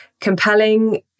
compelling